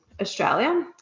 Australia